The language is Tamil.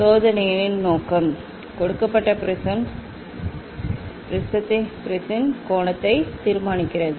சோதனைகளின் நோக்கம் கொடுக்கப்பட்ட ப்ரிஸின் கோணத்தை தீர்மானிக்கிறது